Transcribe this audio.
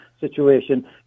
situation